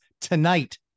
tonight